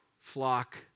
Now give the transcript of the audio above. flock